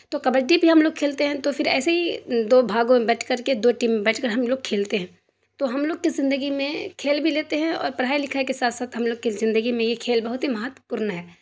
تو کبڈی بھی ہم لوگ کھیلتے ہیں تو پھر ایسے ہی دو بھاگوں میں بٹ کر کے دو ٹیم میں بٹ کر ہم لوگ کھیلتے ہیں تو ہم لوگ کی زندگی میں کھیل بھی لیتے ہیں اور پڑھائی لکھائی کے ساتھ ہم لوگ کی زندگی میں یہ کھیل بہت ہی مہتو پورن ہے